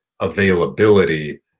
availability